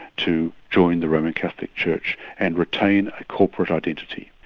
to join the roman catholic church and retain a corporate identity.